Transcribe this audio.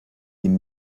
ihm